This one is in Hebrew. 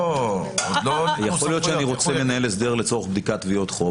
יכול להיות שאני רוצה לנהל הסדר לצורך בדיקת תביעות חוב.